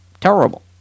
terrible